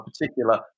particular